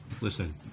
Listen